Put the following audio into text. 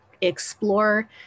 explore